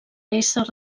ésser